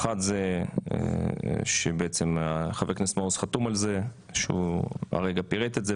האחת היא שחבר הכנסת מעוז חתום עליה והוא כרגע פירט אותה,